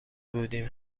بودیم